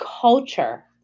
culture